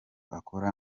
akora